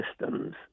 systems